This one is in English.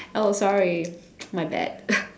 oh sorry my bad